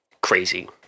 crazy